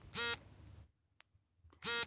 Super ಉಳಿತಾಯ ಖಾತೆ ಎಂದರೇನು?